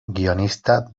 guionista